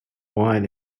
wine